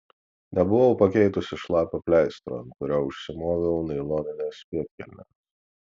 nebuvau pakeitusi šlapio pleistro ant kurio užsimoviau nailonines pėdkelnes